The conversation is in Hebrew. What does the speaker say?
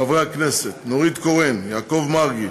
חברי הכנסת נורית קורן, יעקב מרגי,